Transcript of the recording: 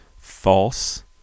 false